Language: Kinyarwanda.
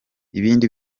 ibindi